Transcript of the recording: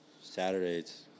Saturday's